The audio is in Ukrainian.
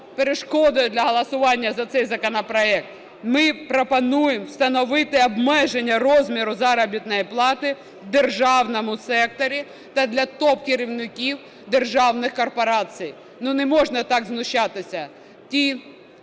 перешкодою для голосування за цей законопроект. Ми пропонуємо встановити обмеження розміру заробітної плати в державному секторі та для топ-керівників державних корпорацій. Ну, не можна так знущатися. Ті